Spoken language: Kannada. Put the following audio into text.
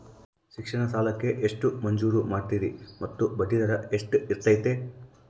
ಶಿಕ್ಷಣ ಸಾಲಕ್ಕೆ ಎಷ್ಟು ಮಂಜೂರು ಮಾಡ್ತೇರಿ ಮತ್ತು ಬಡ್ಡಿದರ ಎಷ್ಟಿರ್ತೈತೆ?